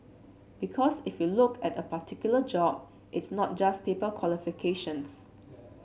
because if you look at a particular job it's not just paper qualifications